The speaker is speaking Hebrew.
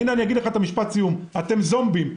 אתם זומבים.